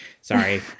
Sorry